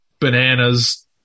bananas